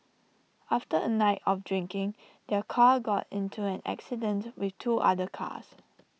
after A night of drinking their car got into an accident with two other cars